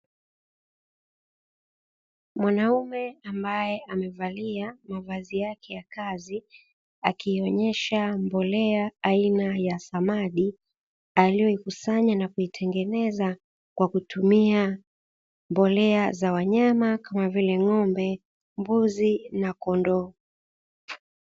Mwanaume ambaye amevalia mavazi yake ya kazi, akionyesha mbolea aina ya samadi, aliyoikusanya na kuitengeneza kwa kutumia mbolea za wanyama kama vile; Ng’ombe, Mbuzi na Kondoo.